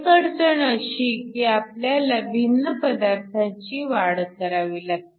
एक अडचण अशी की आपल्याला भिन्न पदार्थांची वाढ करावी लागते